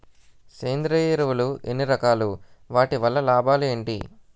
సేంద్రీయ ఎరువులు ఎన్ని రకాలు? వాటి వల్ల లాభాలు ఏంటి?